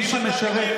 מי שמשרת,